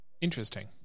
interesting